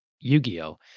Yu-Gi-Oh